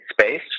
space